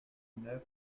neuf